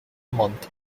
month